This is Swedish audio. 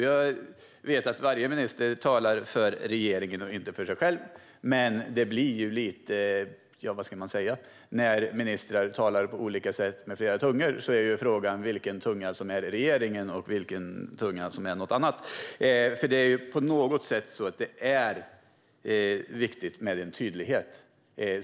Jag vet att varje minister talar för regeringen och inte för sig själv, men när ministrar talar på olika sätt och med flera tungor är frågan vilken tunga som är regeringens och vilken tunga som är något annat. Det är viktigt med tydlighet.